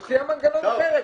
הוא הציע מנגנון אחר.